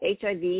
HIV